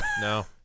no